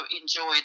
enjoyed